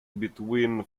between